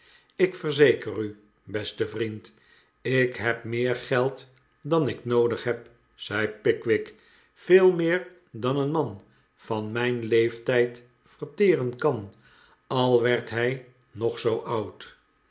ik verzeker u beste vriend ik heb meer geld dan ik noodig heb zei pickwick veel meer dan een man van mijn leeitijd verteren kan al werd hij nog zoo oud